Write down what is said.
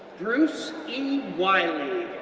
bruce e. wiley,